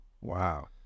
Wow